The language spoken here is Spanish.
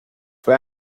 fue